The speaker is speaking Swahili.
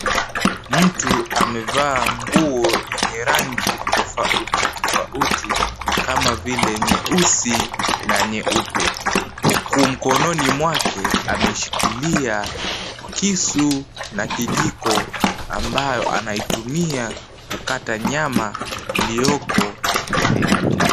Mtu amevaa nguo yenye rangi tofauti tofauti kama vile nyeusi na nyeupe huku mkononi mwake ameshikilia kisu na kijiko ambayo anaitumia kukata nyama iliyoko mbele yake.